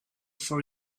for